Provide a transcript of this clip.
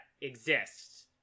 exists